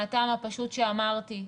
מהטעם הפשוט שאמרתי,